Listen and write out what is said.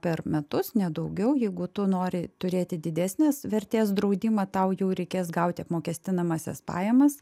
per metus ne daugiau jeigu tu nori turėti didesnės vertės draudimą tau jau reikės gauti apmokestinamąsias pajamas